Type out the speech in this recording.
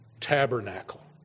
tabernacle